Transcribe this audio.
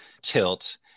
tilt